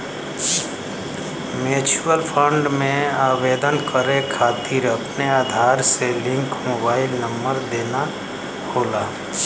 mutual fund में आवेदन करे खातिर अपने आधार से लिंक मोबाइल नंबर देना होला